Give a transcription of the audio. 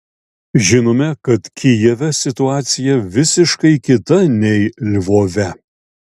žinome kad kijeve situacija visiškai kita nei lvove